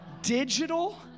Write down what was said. Digital